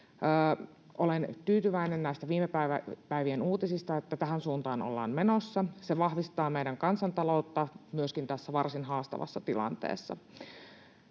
Olen tyytyväinen näistä viime päivien uutisista, että tähän suuntaan ollaan menossa. Se myöskin vahvistaa meidän kansantalouttamme tässä varsin haastavassa tilanteessa.